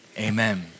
amen